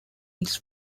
his